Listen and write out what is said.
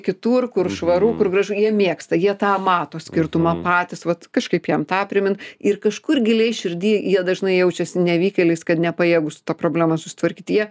kitur kur švaru kur gražu jie mėgsta jie tą mato skirtumą patys vat kažkaip jiem tą primint ir kažkur giliai širdy jie dažnai jaučiasi nevykėliais kad nepajėgūs su ta problema susitvarkyt jie